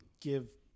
give